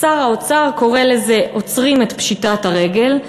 שר האוצר קורא לזה "עוצרים את פשיטת הרגל".